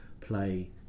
play